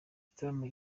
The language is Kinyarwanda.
gitaramo